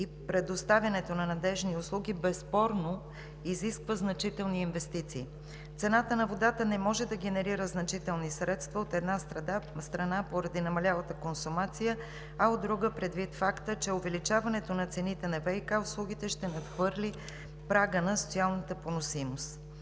и предоставянето на надеждни услуги безспорно изисква значителни инвестиции. Цената на водата не може да генерира значителни средства, от една страна, поради намалялата консумация, а от друга, предвид факта, че увеличаването на цените на ВиК услугите ще надхвърли прага на социалната поносимост,